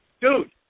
Dude